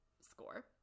score